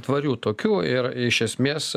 tvarių tokių ir iš esmės